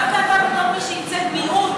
דווקא אתה בתור מי שייצג מיעוט,